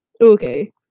Okay